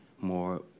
more